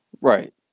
Right